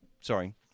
sorry